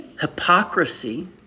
Hypocrisy